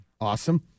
awesome